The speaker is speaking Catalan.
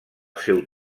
seu